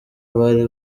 bari